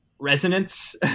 resonance